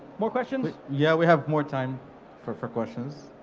more questions? yeah we have more time for for questions.